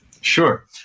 Sure